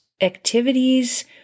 activities